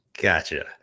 Gotcha